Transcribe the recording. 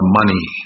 money